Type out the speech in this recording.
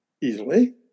easily